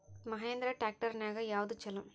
Mahindra tractor ನ್ಯಾಗ ಯಾವ್ದ ಛಲೋ?